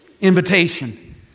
invitation